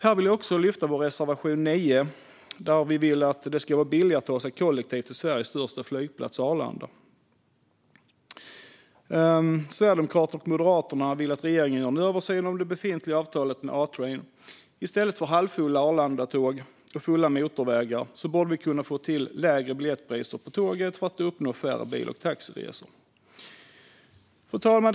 Här vill jag också lyfta upp vår reservation 9, där vi uttrycker att det ska vara billigare att ta sig kollektivt till Sveriges största flygplats Arlanda. Sverigedemokraterna och Moderaterna vill att regeringen gör en översyn av det befintliga avtalet med A-train. I stället för halvfulla Arlandatåg och fulla motorvägar borde vi kunna få till lägre biljettpriser på tåget för att uppnå färre bil och taxiresor. Fru talman!